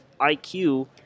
IQ